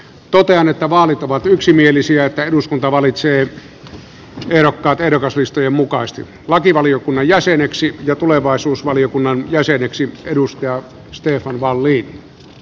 totean että vaalit ovat yksimielisiä ja että eduskunta valitsee ehdokaslistojen mukaisesti lakivaliokunnan jäseneksi ja tulevaisuusvaliokunnan jäseneksi stefan wallin i